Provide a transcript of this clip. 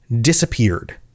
disappeared